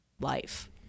life